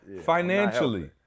financially